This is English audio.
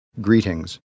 greetings